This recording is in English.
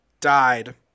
died